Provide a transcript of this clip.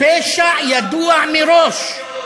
פשע ידוע מראש.